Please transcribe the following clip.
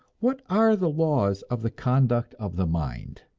what are the laws of the conduct of the mind?